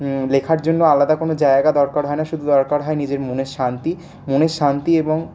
লেখার জন্য আলাদা কোন জায়গা দরকার হয় না শুধু দরকার হয় নিজের মনের শান্তি মনের শান্তি এবং